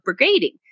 brigading